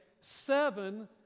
seven